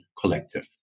Collective